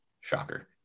Shocker